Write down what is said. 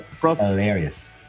hilarious